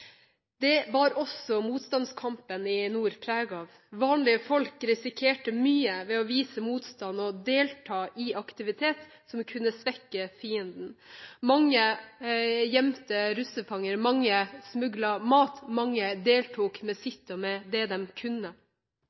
Det bar også motstandskampen i nord preg av. Vanlige folk risikerte mye ved å vise motstand og delta i aktivitet som kunne svekke fienden. Mange gjemte russerfanger, mange smuglet mat, mange deltok med sitt, med det de kunne.